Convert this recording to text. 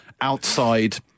outside